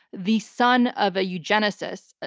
the son of a eugenicist,